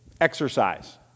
exercise